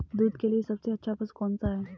दूध के लिए सबसे अच्छा पशु कौनसा है?